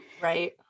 Right